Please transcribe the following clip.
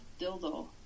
dildo